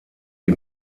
die